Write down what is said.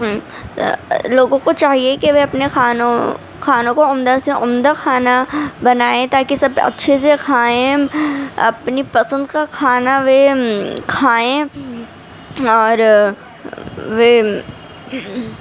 لوگوں کو چاہیے کہ وہ اپنے کھانوں کھانوں کو عمدہ سے عمدہ کھانا بنائیں تاکہ سب اچھے سے کھائیں اپنی پسند کا کھانا وہ کھائیں اور وے